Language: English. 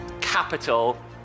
capital